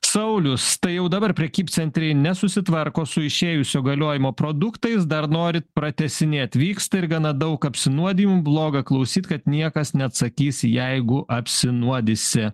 saulius tai jau dabar prekybcentriai nesusitvarko su išėjusio galiojimo produktais dar norit pratęsinėt vyksta ir gana daug apsinuodijimų bloga klausyt kad niekas neatsakys jeigu apsinuodysi